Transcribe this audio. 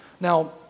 Now